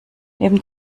neben